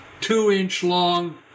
two-inch-long